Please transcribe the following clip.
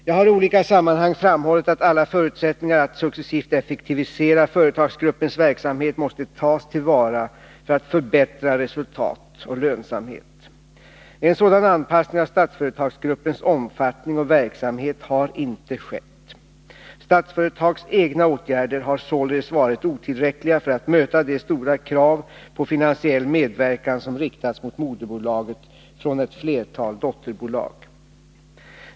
Jag har i olika sammanhang framhållit att alla förutsättningar att successivt effektivisera företagsgruppens verksamhet måste tas till vara för att förbättra resultat och lönsamhet. En sådan anpassning av Statsföretagsgruppens omfattning och verksamhet har inte skett. Statsföretags egna åtgärder har således varit otillräckliga för att möta de stora krav på finansiell medverkan som riktats mot moderbolaget från ett flertal dotterbolag.